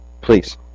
please